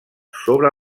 sobre